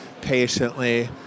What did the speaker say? patiently